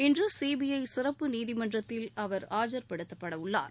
இன்று சிபிஐ சிறப்பு நீதிமன்றத்தில் அவர் ஆஜர்படுத்தப்படவுள்ளார்